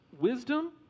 wisdom